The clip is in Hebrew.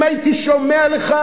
אם הייתי שומע לך,